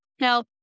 now